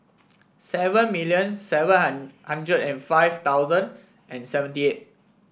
seven million seven hundred and five thousand and seventy eight